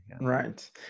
right